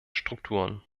strukturen